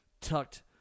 tucked